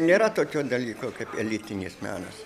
nėra tokio dalyko kaip elitinis menas